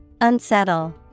Unsettle